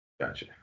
Gotcha